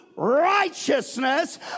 righteousness